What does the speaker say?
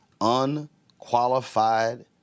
unqualified